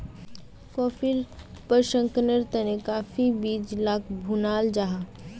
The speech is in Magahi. कॉफ़ीर प्रशंकरनेर तने काफिर बीज लाक भुनाल जाहा